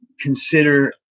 consider